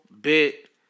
bit